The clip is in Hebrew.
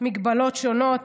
מגבלות שונות